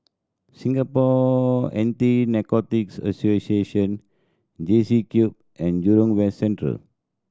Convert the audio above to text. Singapore Anti Narcotics Association JCube and Jurong West Central